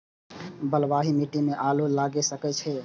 बलवाही मिट्टी में आलू लागय सके छीये?